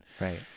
Right